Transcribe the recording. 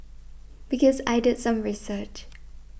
because I did some research